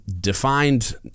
defined